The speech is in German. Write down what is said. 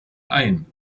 ein